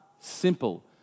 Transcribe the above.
simple